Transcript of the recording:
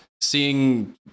seeing